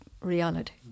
reality